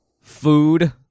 food